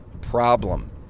problem